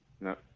No